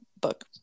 book